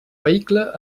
vehicle